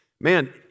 man